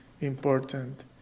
important